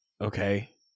Okay